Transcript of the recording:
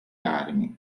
armi